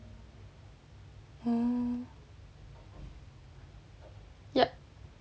err yup